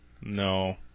No